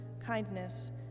kindness